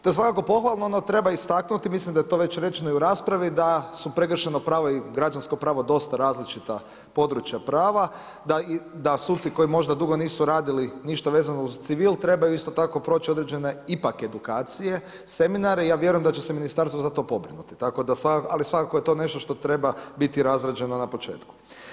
To je svakako pohvalno no treba istaknuti, mislim da je to već rečeno i u raspravi da su prekršajno pravo i građansko pravo dosta različita područja prava, da suci koji možda dugo nisu radili ništa vezano uz civil, trebaju isto tako proći određene ipak edukacije, seminare, ja vjerujem da će se ministarstvo za to pobrinuti, ali svakako je to nešto što treba biti razrađeno na početku.